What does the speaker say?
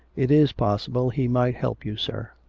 it is possible he might help you, sir.